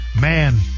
Man